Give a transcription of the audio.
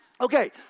Okay